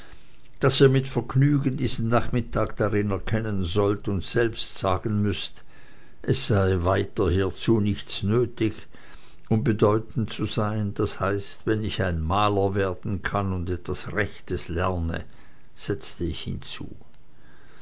daß ihr mit vergnügen diesen nachmittag darin erkennen sollt und selbst sagen müßt es sei weiter hiezu nichts nötig um bedeutend zu sein das heißt wenn ich ein maler werden kann und etwas rechtes lerne setzte ich hinzu